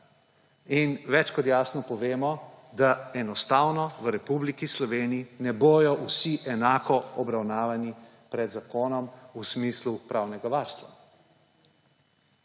in več kot jasno povemo, da enostavno v Republiki Sloveniji ne bodo vsi enako obravnavani pred zakonom v smislu pravnega varstva.